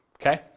Okay